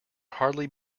hardly